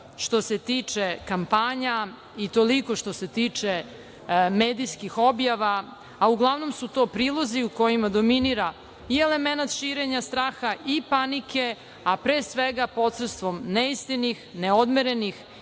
što se tiče kampanja i toliko što se tiče medijskih objava. Uglavnom su to prilozi u kojima dominira i elemenata širenja straha i panike, a pre svega posredstvom neistinitih, neodmerenih